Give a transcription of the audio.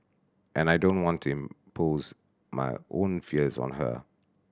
and I don't want to impose my own fears on her